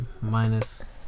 Minus